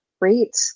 great